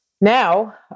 Now